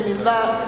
מי נמנע?